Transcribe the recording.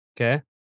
Okay